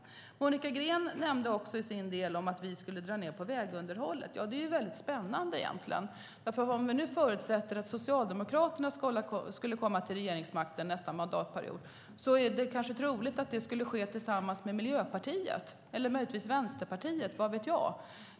Monica Green sade att vi skulle dra ned på vägunderhållet. Det är mycket spännande. Om vi förutsätter att Socialdemokraterna skulle komma till regeringsmakten nästa mandatperiod är det kanske troligt att det skulle ske tillsammans med Miljöpartiet eller möjligtvis Vänsterpartiet, vad vet jag.